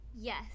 Yes